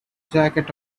jacket